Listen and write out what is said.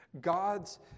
God's